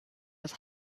was